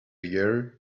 year